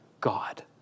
God